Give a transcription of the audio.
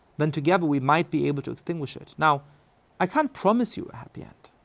then together we might be able to extinguish it. now i can't promise you a happy end.